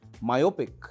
myopic